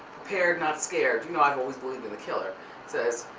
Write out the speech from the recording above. prepared not scared, you know i've always believed in the killer. it says,